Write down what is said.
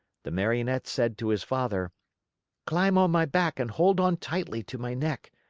the marionette said to his father climb on my back and hold on tightly to my neck.